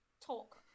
talk